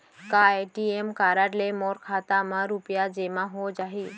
का ATM card ले मोर खाता म रुपिया जेमा हो जाही?